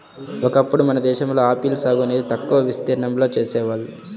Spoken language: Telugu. ఒకప్పుడు మన దేశంలో ఆపిల్ సాగు అనేది తక్కువ విస్తీర్ణంలో చేసేవాళ్ళు